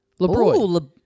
LeBroy